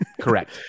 correct